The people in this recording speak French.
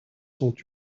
sont